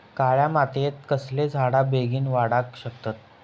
काळ्या मातयेत कसले झाडा बेगीन वाडाक शकतत?